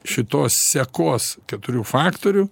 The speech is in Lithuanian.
šitos sekos keturių faktorių